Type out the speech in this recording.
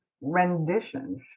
renditions